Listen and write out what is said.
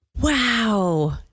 Wow